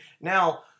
Now